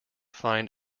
find